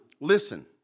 listen